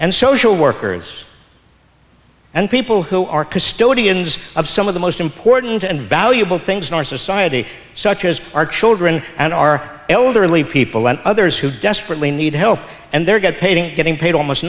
and social workers and people who are custodians of some of the most important and valuable things in our society such as our children and our elderly people and others who desperately need help and they're get paid in getting paid almost